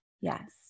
Yes